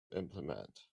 implement